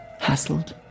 hassled